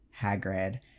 hagrid